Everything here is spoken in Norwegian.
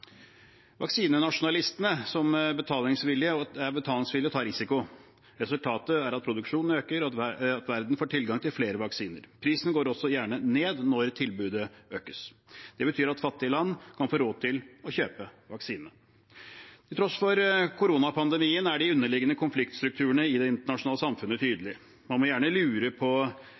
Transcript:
er betalingsvillige og tar risiko. Resultatet er at produksjonen øker, og at verden får tilgang til flere vaksiner. Prisen går også gjerne ned når tilbudet økes. Det betyr at fattige land kan få råd til å kjøpe vaksinene. Til tross for koronapandemien er de underliggende konfliktstrukturene i det internasjonale samfunnet tydelige. Man må gjerne lure